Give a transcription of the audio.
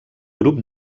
grup